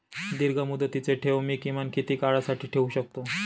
दीर्घमुदतीचे ठेव मी किमान किती काळासाठी ठेवू शकतो?